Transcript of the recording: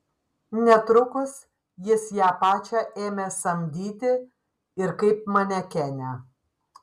netrukus jis ją pačią ėmė samdyti ir kaip manekenę